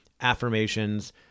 affirmations